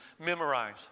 memorize